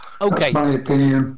Okay